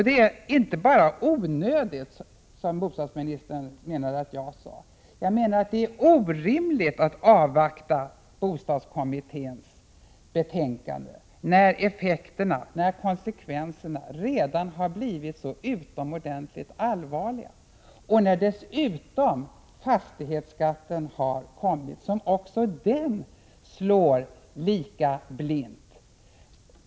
Det är inte bara onödigt, som bostadsministern menar att jag sade, utan det är orimligt att avvakta bostadskommitténs betänkande, när konsekvenserna redan har blivit så utomordentligt allvarliga och när dessutom fastighetsskatten, som slår lika blint, har införts.